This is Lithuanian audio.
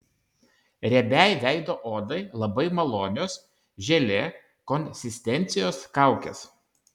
riebiai veido odai labai malonios želė konsistencijos kaukės